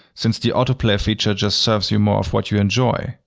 since the autoplay feature just serves you more of what you enjoy.